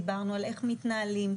דיברנו על איך מתנהלים.